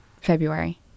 February